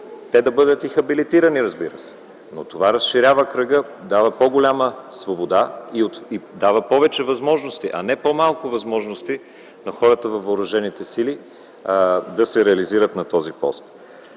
те да бъдат и хабилитирани, разбира се, но това разширява кръга – дава по-голяма свобода и повече, а не по-малко възможности на хората във въоръжените сили да се реализират на този пост.